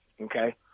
okay